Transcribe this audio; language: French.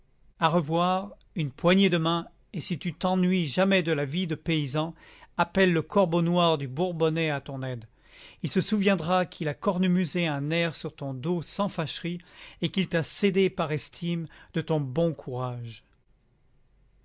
à revoir une poignée de main et si tu t'ennuies jamais de ta vie de paysan appelle le corbeau noir du bourbonnais à ton aide il se souviendra qu'il a cornemusé un air sur ton dos sans fâcherie et qu'il t'a cédé par estime de ton bon courage